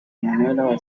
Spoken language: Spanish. manuela